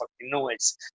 noise